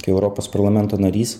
kai europos parlamento narys